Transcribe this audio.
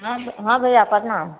हँ हँ भैया प्रणाम